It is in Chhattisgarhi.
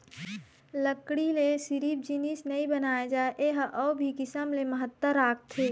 लकड़ी ले सिरिफ जिनिस नइ बनाए जाए ए ह अउ भी किसम ले महत्ता राखथे